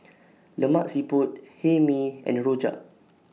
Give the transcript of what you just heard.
Lemak Siput Hae Mee and Rojak